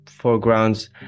foregrounds